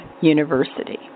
University